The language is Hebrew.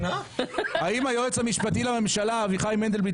האם היועץ המשפטי לממשלה הקודם אביחי מנדלבליט